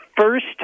first